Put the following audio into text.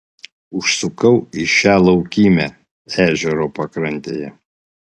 užsukau į šią laukymę ežero pakrantėje